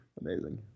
Amazing